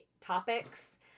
topics